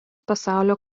pasaulio